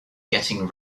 getting